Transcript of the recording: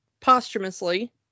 posthumously